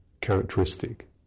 characteristic